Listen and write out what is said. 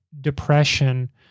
depression